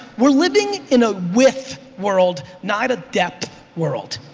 we're living in a width world not a depth world.